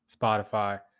Spotify